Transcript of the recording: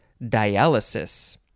dialysis